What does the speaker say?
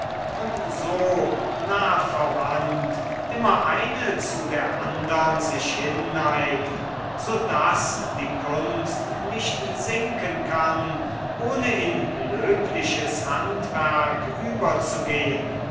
und so nah verwandt immer eine zu der andern sich hinneigt so daß die kunst nicht sinken kann ohne in löbliches handwerk überzugehen